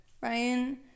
Ryan